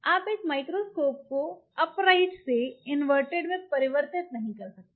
आप एक माइक्रोस्कोप को अपराइट से इनवर्टेड में परिवर्तित नहीं कर सकते